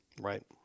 Right